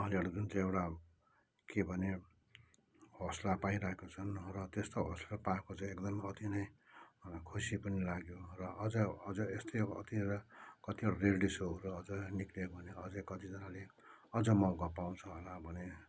उहाँले एउटा जुन चाहिँ एउटा के भने हौसला पाइरहेको छन् र त्यस्तो हौसला पाएको चाहिँ एकदम अति नै खुसी पनि लाग्यो र अझ अझ यस्तै अब कतिवटा कतिवटा रियालिटी सोहरू अझै निक्ल्यो भने अझै कतिजनाले अझ मौका पाउँछ होला भन्ने